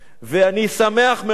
ואני שמח מאוד,